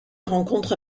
rencontres